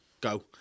Go